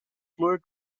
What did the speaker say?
fluid